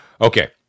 Okay